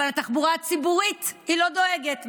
אבל לתחבורה הציבורית היא לא דואגת,